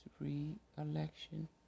re-election